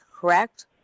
correct